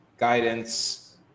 guidance